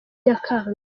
nyakanga